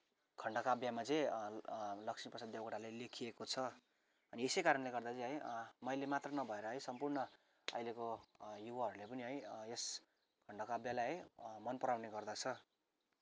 खण्डकाव्यमा चाहिँ लक्ष्मी प्रसाद देवकोटाले लेखिएको छ अनि यसै कारणले गर्दा चाहिँ है मैले मात्र नभएर है सम्पुर्ण अहिलेको युवाहरूले पनि है यस खण्डकाव्यलाई है मनपराउने गर्दछ